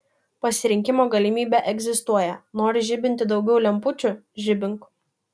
pasirinkimo galimybė egzistuoja nori žibinti daugiau lempučių žibink